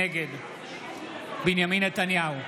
נגד בנימין נתניהו,